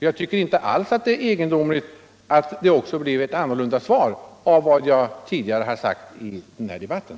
Jag tycker inte alls att det är egendomligt att det också blev ett annorlunda svar med tanke på vad jag tidigare har sagt i den här debatten.